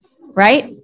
Right